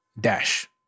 dash